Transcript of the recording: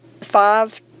five